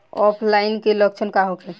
ऑफलाइनके लक्षण का होखे?